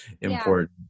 important